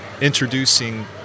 Introducing